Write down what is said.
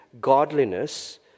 godliness